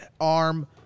arm